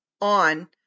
on